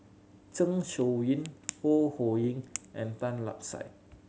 Zeng Shouyin Ho Ho Ying and Tan Lark Sye